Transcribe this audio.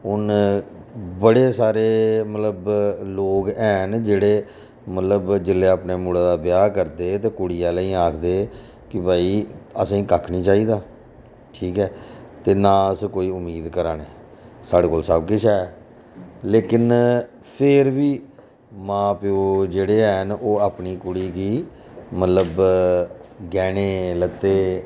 हून बड़े सारे लोग मतलब हैन जेह्ड़े मतलब जेल्लै अपने मुड़े दा ब्याह् करदे ते कुड़ी ओह्लें गी आखदे कि भाई असेंगी कक्ख निं चाहिदा ठीक ऐ ते ना अस कोई उम्मीद करा ने साढ़े कोल सब किश ऐ लेकिन फिर बी मां प्यो जेह्ड़े हैन ओह् अपनी कुड़ी गी मतलब गैह्ने लत्ते